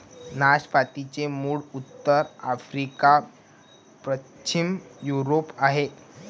नाशपातीचे मूळ उत्तर आफ्रिका, पश्चिम युरोप आहे